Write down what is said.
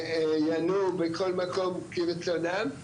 ינועו בכל מקום כרצונם,